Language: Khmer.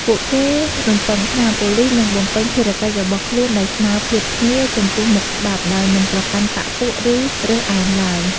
ពួកគេរំពឹងថា ប៉ូលីសនឹងបំពេញភារកិច្ចរបស់ខ្លួនដោយស្មើភាពគ្នា ចំពោះមុខច្បាប់ ដោយមិនប្រកាន់បក្សពួក ឬរើសអើងឡើយ។